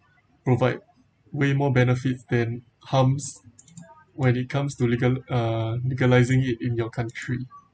provide way more benefit than harms when it comes to legal uh legalizing it in your country